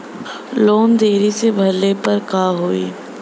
Loan देरी से भरले पर का होई?